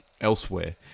elsewhere